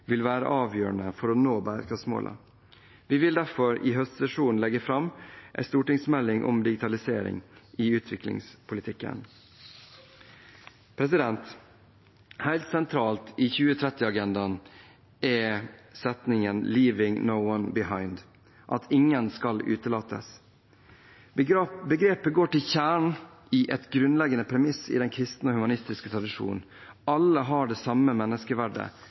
vil være avgjørende for å nå bærekraftsmålene. Vi vil derfor i høstsesjonen legge fram en stortingsmelding om digitalisering i utviklingspolitikken. Helt sentral i 2030-agendaen er setningen «Leaving no one behind» – at ingen skal utelates. Begrepet går til kjernen i et grunnleggende premiss i den kristne og humanistiske tradisjon; alle har det samme menneskeverdet